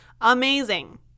amazing